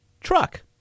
truck